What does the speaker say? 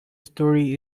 story